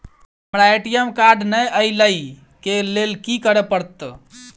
हमरा ATM card नै अई लई केँ लेल की करऽ पड़त?